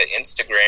Instagram